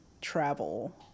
travel